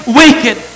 wicked